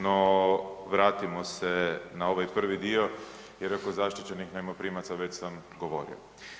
No, vratimo se na ovaj prvi dio jer oko zaštićenih najmoprimaca već sam govorio.